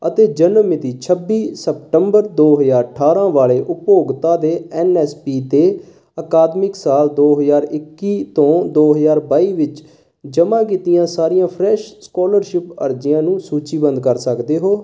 ਅਤੇ ਜਨਮ ਮਿਤੀ ਛੱਬੀ ਸਤੰਬਰ ਦੋ ਹਜ਼ਾਰ ਅਠਾਰ੍ਹਾਂ ਵਾਲੇ ਉਪਭੋਗਤਾ ਦੇ ਐੱਨ ਐੱਸ ਪੀ ਦੇ ਅਕਾਦਮਿਕ ਸਾਲ ਦੋ ਹਜ਼ਾਰ ਇੱਕੀ ਤੋਂ ਦੋ ਹਜ਼ਾਰ ਬਾਈ ਵਿੱਚ ਜਮ੍ਹਾਂ ਕੀਤੀਆਂ ਸਾਰੀਆਂ ਫਰੈੱਸ਼ ਸਕੋਲਰਸ਼ਿਪ ਅਰਜ਼ੀਆਂ ਨੂੰ ਸੂਚੀਬੰਦ ਕਰ ਸਕਦੇ ਹੋ